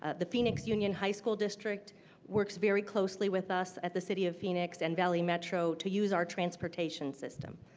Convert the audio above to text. ah the phoenix union high school district works very closely with us at the city of phoenix and valley metro to use our transportation system.